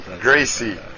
Gracie